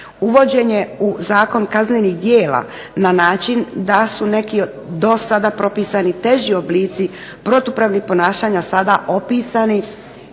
uvođenje u zakon kaznenih djela na način da su neki do sada propisani teži oblici protupravnih ponašanja sada opisani